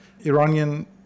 Iranian